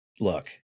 look